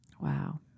Wow